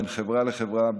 בין חברה לחברה,